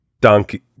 Donkey